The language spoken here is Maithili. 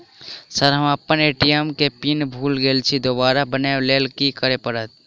सर हम अप्पन ए.टी.एम केँ पिन भूल गेल छी दोबारा बनाबै लेल की करऽ परतै?